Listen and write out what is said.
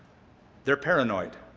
they're paranoid.